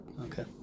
Okay